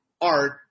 art